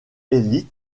les